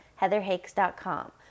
heatherhakes.com